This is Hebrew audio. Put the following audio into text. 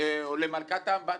או למלכת האמבטיה.